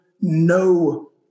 no